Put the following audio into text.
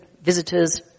visitors